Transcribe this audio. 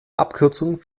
abkürzung